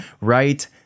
right